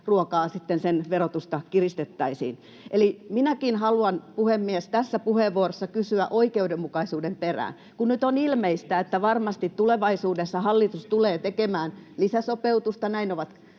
sitten sen verotusta kiristettäisiin. Minäkin haluan, puhemies, tässä puheenvuorossa kysyä oikeudenmukaisuuden perään. Kun nyt on ilmeistä, että varmasti tulevaisuudessa hallitus tulee tekemään lisäsopeutusta, näin ovat